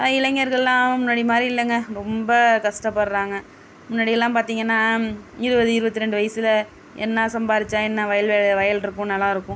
இளைஞர்கள்லாம் முன்னாடி மாதிரி இல்லைங்க ரொம்ப கஷ்டப்படுறாங்க முன்னாடியெல்லாம் பார்த்திங்கன்னா இருபது இருபத்தி ரெண்டு வயசில் என்ன சம்பாரித்தோம் என்ன வயல் வயல் இருக்கும் நிலம் இருக்கும்